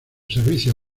servicio